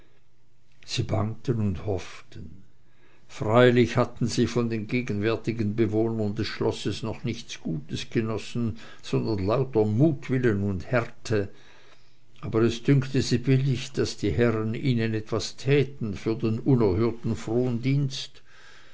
sie bangten und hofften freilich hatten sie von den gegenwärtigen bewohnern des schlosses noch nichts gutes genossen sondern lauter mutwillen und härte aber es dünkte sie billig daß die herren ihnen etwas täten für den unerhörten